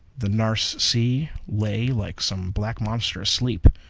the nares sea lay like some black monster asleep,